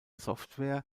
software